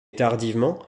tardivement